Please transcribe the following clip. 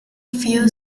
few